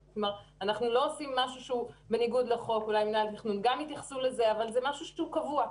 אנחנו לא עושים משהו שהוא בניגוד לחוק אלא זה משהו שקבוע.